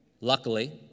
Luckily